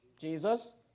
Jesus